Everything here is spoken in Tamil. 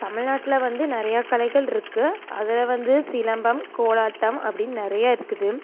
தமிழ்நாட்டில் வந்து நிறைய கலைகள் இருக்குது அதில் வந்து சிலம்பம் கோலாட்டம் அப்படினு நிறைய இருக்குது